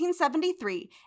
1873